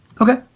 Okay